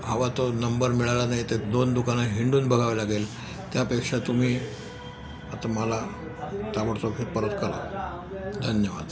हवा तो नंबर मिळाला नाहीतर दोन दुकानं हिंडून बघावे लागेल त्यापेक्षा तुम्ही आता मला ताबडतोब हे परत करा धन्यवाद